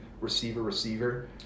receiver-receiver